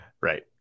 Right